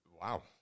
Wow